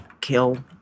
kill